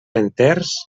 enters